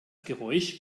geräusch